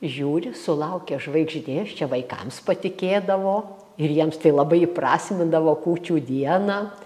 žiūri sulaukia žvaigždės čia vaikams patikėdavo ir jiems tai labai įprasmindavo kūčių dieną